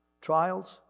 Trials